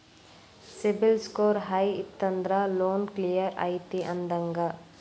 CIBIL score high ಇತ್ತಂದ್ರ loan clear ಐತಿ ಅಂದಂಗ